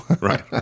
Right